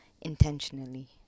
intentionally